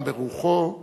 גם ברוחו,